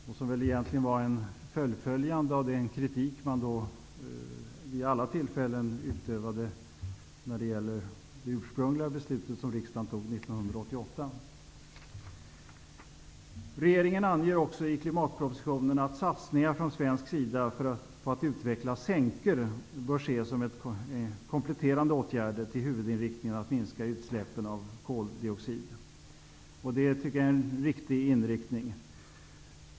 Det var väl egentligen ett fullföljande av den kritik som man då vid alla tillfällen förde fram när det gällde det ursprungliga beslut som riksdagen fattade 1988. Regeringen anger också i klimatpropositionen att satsningar från svensk sida på att utveckla sänkor bör ses som kompletterande åtgärder till huvudinriktningen, nämligen att utsläppen av koldioxid skall minskas. Det är en riktig inriktning.